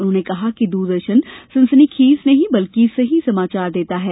उन्होंने कहा कि दूरदर्शन सनसनीखेज नहीं बल्कि सही समाचार देता है